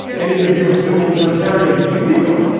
and in the view of civil libertarians, illegal.